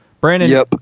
Brandon